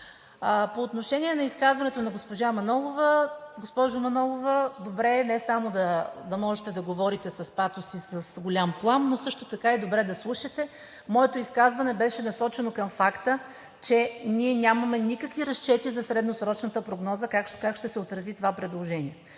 По отношение на изказването на госпожа Манолова, госпожо Манолова, добре е не само да можете да говорите с патос и с голям плам, но също така и добре да слушате. Моето изказване беше насочено към факта, че ние нямаме никакви разчети за средносрочната прогноза как ще се отрази това предложение.